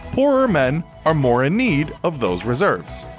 poorer men are more in need of those reserves.